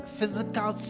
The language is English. physical